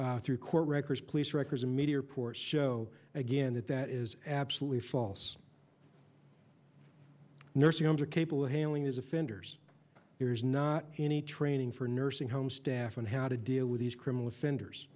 e through court records police records and media reports show again that that is absolutely false nursing homes are capable of handling these offenders there is not any training for nursing home staff and how to deal with these criminal offenders